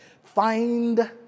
Find